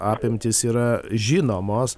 apimtys yra žinomos